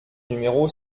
numéro